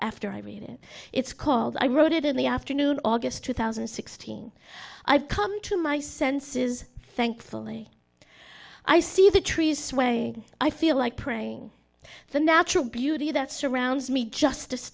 after i read it it's called i wrote it in the afternoon august two thousand and sixteen i've come to my senses thankfully i see the trees swaying i feel like praying the natural beauty that surrounds me just